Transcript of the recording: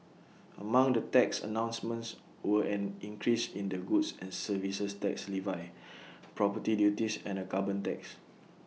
among the tax announcements were an increase in the goods and services tax levy property duties and A carbon tax